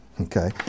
Okay